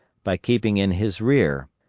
by keeping in his rear,